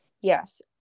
Yes